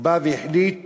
בא והחליט